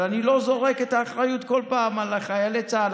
אבל אני לא זורק את האחריות כל פעם על חיילי צה"ל,